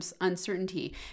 uncertainty